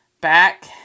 back